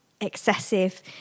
excessive